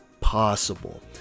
possible